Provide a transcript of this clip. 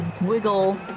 wiggle